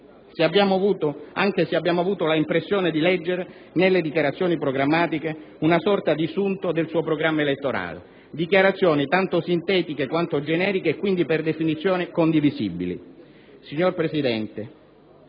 Anche se abbiamo avuto l'impressione di leggere, nelle dichiarazioni programmatiche, una sorta di sunto del suo programma elettorale: dichiarazioni tanto sintetiche quanto generiche e quindi, per definizione, condivisibili. Signor Presidente,